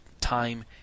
time